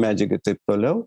medžiaga taip toliau